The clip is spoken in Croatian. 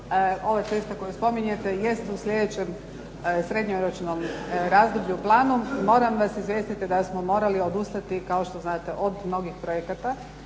Ova cesta koju spominjete jest u slijedećem srednjoročnom razdoblju u planu. Moram vas izvijestiti da smo morali odustati kao što znate od mnogih projekata,